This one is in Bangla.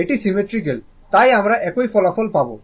এটি সিমেট্রিক্যাল তাই আমরা একই ফলাফল পাব